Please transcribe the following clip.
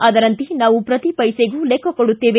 ಅದರಂತೆ ನಾವು ಪ್ರತಿ ಪೈಸೆಗೂ ಲೆಕ್ಕ ಕೊಡುತ್ತೇವೆ